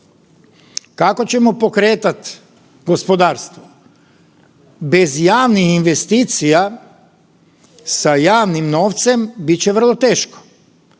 Kako ćemo pokretat gospodarstvo? Bez javnih investicija sa javnim novcem bit će vrlo teško